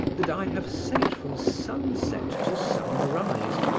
that i have sate from sunset to sunrise,